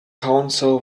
counsel